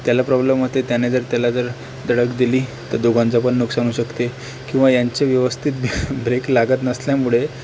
त्याला प्रॉब्लेम होते त्याने जर त्याला जर धडक दिली तर दोघांचंपण नुकसान होऊ शकते किंवा यांचे व्यवस्थित ब्रेक लागत नसल्यामुळे